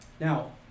Now